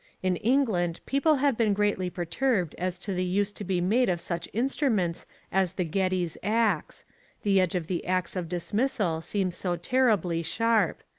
in england people have been greatly perturbed as to the use to be made of such instruments as the geddes axe the edge of the axe of dismissal seems so terribly sharp.